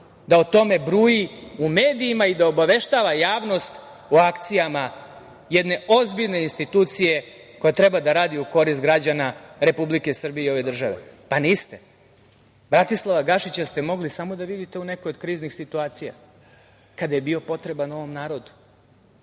da o tome bruji u medijima i da obaveštava javnost o akcijama jedne ozbiljne institucije koja treba da radi u korist građana Republike Srbije i ove države? Pa, niste. Bratislava Gašića ste mogli samo da vidite u nekoj od kriznih situacija, kada je bio potreban ovom narodu,